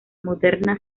moderna